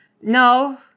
No